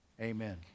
amen